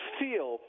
feel